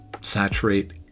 saturate